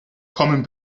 common